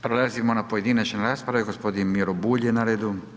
Prelazimo na pojedinačne rasprave, gospodin Miro Bulj je na redu.